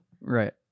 Right